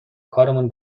کارمون